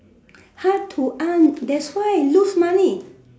how to earn that's why lose money